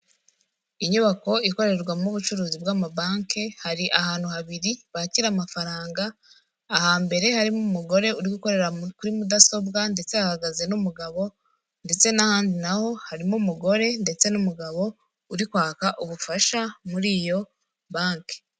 Inyubako ikorerwamo ubucuruzi bw'amabanke, hari ahantu habiri bakira amafaranga, ahambere harimo umugore uri gukorera kuri mudasobwa ndetse ahagaze n'umugabo ndetse n'ahandi naho harimo umugore ndetse n'umugabo uri kwaka ubufasha muri iyo banke.